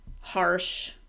harsh